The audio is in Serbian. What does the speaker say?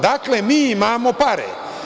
Dakle, mi imamo pare.